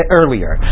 earlier